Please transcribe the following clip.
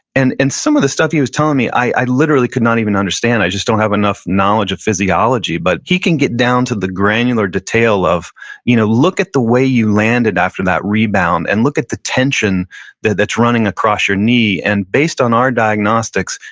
and and some of the stuff he was telling me, i literally could not even understand, i just don't have enough knowledge of physiology, but he can get down to the granular detail of you know look at the way you landed after that rebound and look at the tension that's running across your knee. and based on our diagnostics,